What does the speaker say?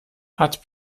hat